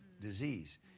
disease